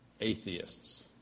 atheists